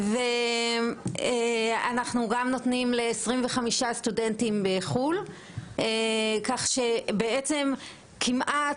ואנחנו גם נותנים לכ-25 סטודנטים בחו"ל כך שכמעט